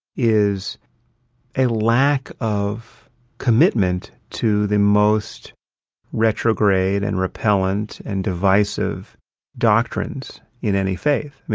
is a lack of commitment to the most retrograde and repellant and divisive doctrines in any faith.